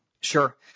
Sure